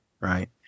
right